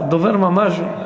הדובר ממש,